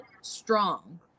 strong